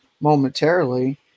momentarily